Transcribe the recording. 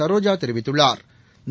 சரோஜா தெரிவித்துள்ளாா்